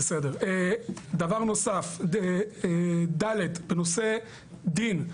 דבר נוסף, ד', בנושא דין.